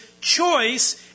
choice